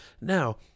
now